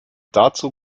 dazu